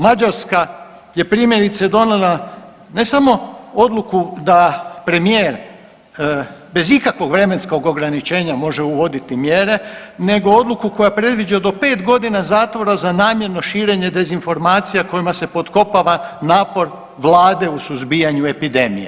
Mađarska je primjerice donijela ne samo odluku da premijer bez ikakvog vremenskog ograničenja može uvoditi mjere, nego odluku koja predviđa do 5 godina zatvora za namjerno širenje dezinformacija kojima se potkopava napor vlade u suzbijanju epidemije.